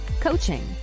coaching